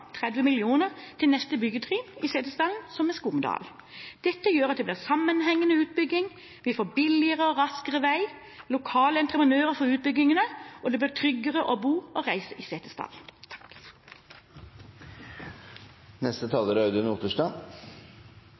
30 mill. kr, til neste byggetrinn i Setesdal, som er Skomedal. Dette gjør at det blir sammenhengende utbygging, vi får billigere og raskere vei, lokale entreprenører får utbyggingene, og det blir tryggere å bo og reise i Setesdal. Er